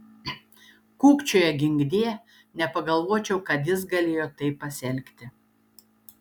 kukčioja ginkdie nepagalvočiau kad jis galėjo taip pasielgti